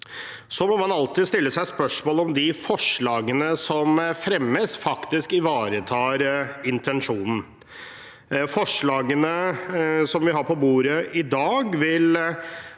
Så må man alltid stille seg spørsmålet om hvorvidt de forslagene som fremmes, faktisk ivaretar intensjonen. Forslagene vi har på bordet i dag, vil